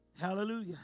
Hallelujah